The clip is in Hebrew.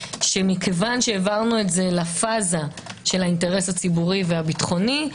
שכיוון שהעברנו את זה לפאזה של האינטרס הציבורי והביטחוני,